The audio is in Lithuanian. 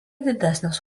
didesnės